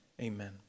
amen